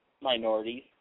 minorities